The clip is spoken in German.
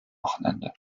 wochenende